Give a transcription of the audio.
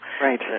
Right